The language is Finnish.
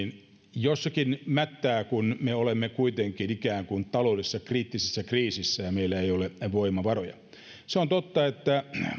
jossakin mättää kun me olemme kuitenkin ikään kuin taloudellisessa kriittisessä kriisissä ja meillä ei ole voimavaroja se on totta että